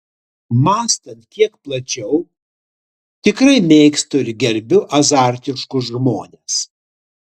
mąstant kiek plačiau tikrai mėgstu ir gerbiu azartiškus žmones